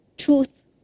Truth